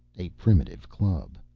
a primitive club.